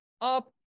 up